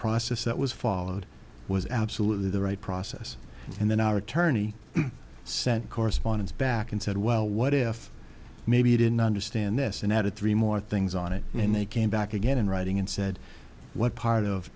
process that was followed was absolutely the right process and then our attorney sent correspondence back and said well what if maybe you didn't understand this and added three more things on it and they came back again in writing and said what part of